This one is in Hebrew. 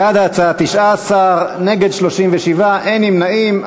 בעד ההצעה, 19, נגד, 37, אין נמנעים.